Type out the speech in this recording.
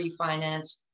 refinance